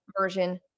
version